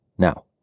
Now